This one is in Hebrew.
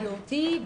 IOT,